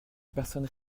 personnes